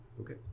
Okay